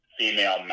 female